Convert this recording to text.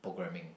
programming